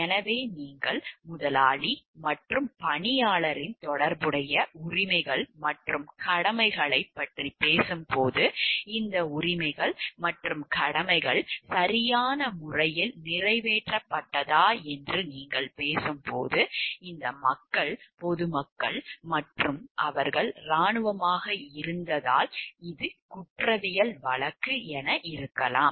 எனவே நீங்கள் முதலாளி மற்றும் பணியாளரின் தொடர்புடைய உரிமைகள் மற்றும் கடமைகளைப் பற்றி பேசும்போது இந்த உரிமைகள் மற்றும் கடமைகள் சரியான முறையில் நிறைவேற்றப்பட்டதா என்று நீங்கள் பேசும்போது இந்த மக்கள் பொதுமக்கள் மற்றும் அவர்கள் இராணுவமாக இருந்ததால் இது குற்றவியல் வழக்கு என இருக்கலாம்